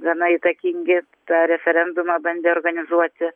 gana įtakingi tą referendumą bandė organizuoti